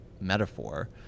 metaphor